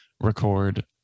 record